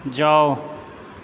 जाउ